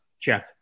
Jeff